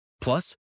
Plus